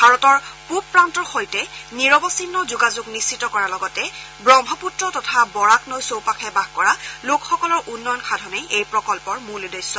ভাৰতৰ পূৱ প্ৰান্তৰ সৈতে নিৰৱচ্ছিন্ন যোগাযোগ নিশ্চিত কৰাৰ লগতে ব্ৰহ্মপুত্ৰ তথা বৰাক নৈৰ চৌপাশে বাস কৰা লোকসকলৰ উন্নয়ন সাধনেই এই প্ৰকল্পৰ মূল উদ্দেশ্য